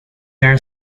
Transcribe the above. are